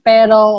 Pero